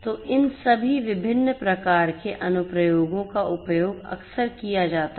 तो इन सभी विभिन्न प्रकार के अनुप्रयोगों का उपयोग अक्सर किया जाता है